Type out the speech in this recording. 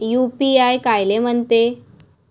UPI कायले म्हनते?